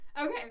Okay